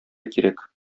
кирәк